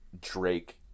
Drake